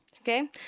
Okay